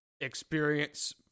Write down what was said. experience